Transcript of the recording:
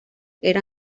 era